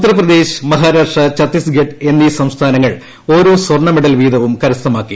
ഉത്തർപ്രദേശ് മഹാരാഷ്ട്ര ഛത്തീസ്ഗഡ് എന്നീ സംസ്ഥാനങ്ങൾ ഓരോ സ്വർണ മെഡൽ വീതവും കരസ്ഥമാക്കി